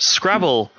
Scrabble